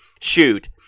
shoot